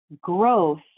growth